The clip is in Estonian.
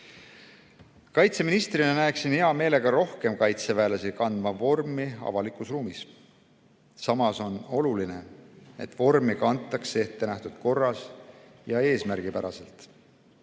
Kaitseministrina näeksin hea meelega rohkem kaitseväelasi kandmas vormi avalikus ruumis. Samas on oluline, et vormi kantakse ettenähtud korras ja eesmärgipäraselt.